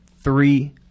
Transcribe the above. three